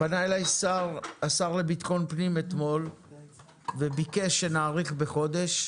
פנה אליי השר לביטחון פנים אתמול וביקש שנאריך בחודש,